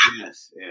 yes